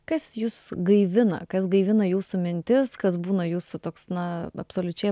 kas jus gaivina kas gaivina jūsų mintis kas būna jūsų toks na absoliučiai